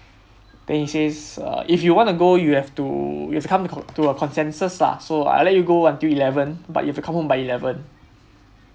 then he says uh if you want to go you have to you have to come to consensus lah so I let you go until eleven but you have to come home by eleven